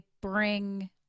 bring